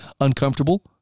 uncomfortable